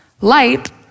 Light